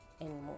anymore